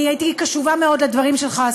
הייתי קשובה מאוד לדברים שלך,